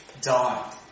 die